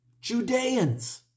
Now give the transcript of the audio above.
Judeans